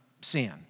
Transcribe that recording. sin